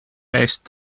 waste